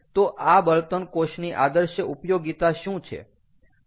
તો આ બળતણ કોષની આદર્શ ઉપયોગિતા શું છે